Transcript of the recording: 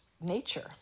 nature